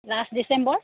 last December